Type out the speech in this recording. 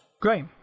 great